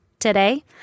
today